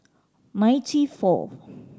ninety fourth